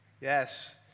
yes